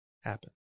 happen